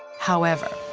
however,